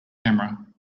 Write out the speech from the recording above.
camera